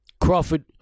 Crawford